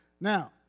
now